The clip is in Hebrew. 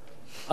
עד כאן?